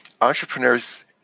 entrepreneurs